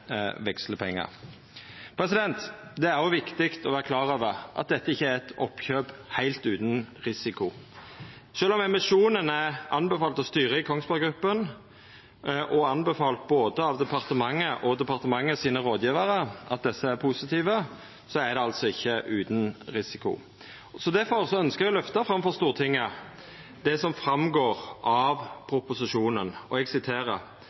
vekslepengar. Det er òg viktig å vera klar over at dette ikkje er eit oppkjøp heilt utan risiko. Sjølv om emisjonen er anbefalt av styret i Kongsberg Gruppen og av både departementet og departementets rådgjevarar – dei er positive – er han altså ikkje utan risiko. Difor ønskjer eg å løfta fram for Stortinget det som går fram av proposisjonen: «Samtidig representerer selskapets kjøp, emisjonen og